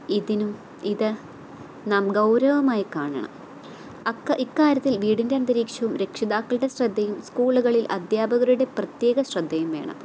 ഇതിനും ഇത് നാം ഗൗരവമായി കാണണം ഇക്കാര്യത്തിൽ വീടിൻ്റെ അന്തരീക്ഷവും രക്ഷിതാക്കളുടെ ശ്രദ്ധയും സ്കൂളുകളിൽ അധ്യാപകരുടെ പ്രത്യേക ശ്രദ്ധയും വേണം